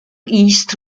east